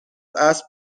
اسب